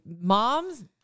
moms